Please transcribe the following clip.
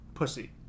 Pussy